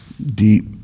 deep